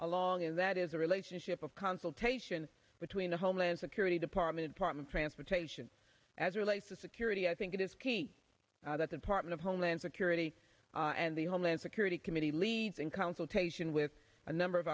along and that is a relationship of consultation between the homeland security department part and transportation as relates to security i think it is key that the part of homeland security and the homeland security committee leads in consultation with a number of